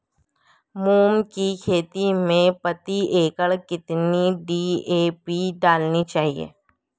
मूंग की खेती में प्रति एकड़ कितनी डी.ए.पी डालनी चाहिए?